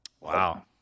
wow